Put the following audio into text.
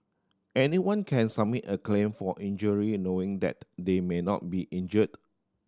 anyone can submit a claim for injury knowing that they may not be injured